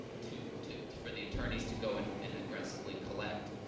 to to to for the attorneys to go and and aggressively collect.